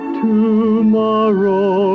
tomorrow